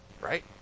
right